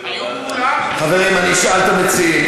היו כולם חוץ, חברים, אני אשאל את המציעים.